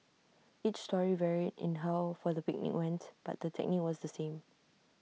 each story varied in how far the picnic went but the technique was the same